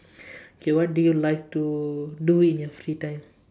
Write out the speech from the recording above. okay what do you like to do in your free time